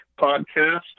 podcast